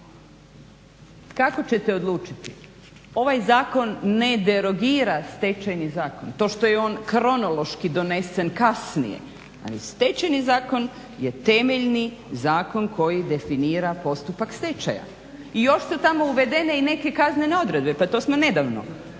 Kako ćete odlučiti? Ovaj zakon ne derogira Stečajni zakon. To što je on kronološki donesen kasnije, ali Stečajni zakon je temeljni zakon koji definira postupak stečaja. I još su tamo uvedene i neke kaznene odredbe, pa to smo nedavno